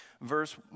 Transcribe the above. verse